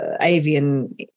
avian